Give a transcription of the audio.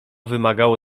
wymagało